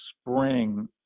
spring